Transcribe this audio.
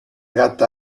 gatta